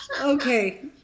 Okay